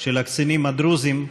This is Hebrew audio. של הקצינים הדרוזים,